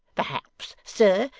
perhaps, sir,